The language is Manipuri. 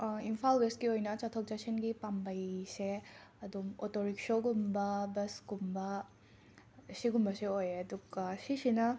ꯏꯝꯐꯥꯜ ꯋꯦꯁꯀꯤ ꯑꯣꯏꯅ ꯆꯠꯊꯣꯛ ꯆꯠꯁꯤꯟꯒꯤ ꯄꯥꯝꯕꯩꯁꯦ ꯑꯗꯨꯝ ꯑꯣꯇꯣ ꯔꯤꯛꯁꯣꯒꯨꯝꯕ ꯕꯁꯀꯨꯝꯕ ꯑꯁꯤꯒꯨꯝꯕꯁꯦ ꯑꯣꯏꯌꯦ ꯑꯗꯨꯒ ꯁꯤꯁꯤꯅ